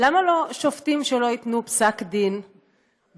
למה לא שופטים שלא ייתנו פסק דין במשפט?